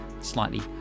slightly